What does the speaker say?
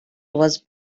was